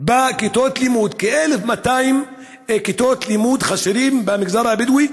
בכיתות לימוד: כ-1,200 כיתות לימוד חסרות במגזר הבדואי,